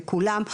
לכולם,